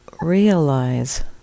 realize